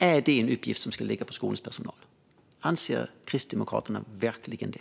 Är det en uppgift som ska ligga på skolans personal? Anser Kristdemokraterna verkligen det?